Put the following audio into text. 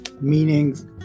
meanings